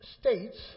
states